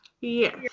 Yes